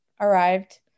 arrived